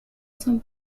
son